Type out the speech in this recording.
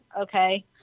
Okay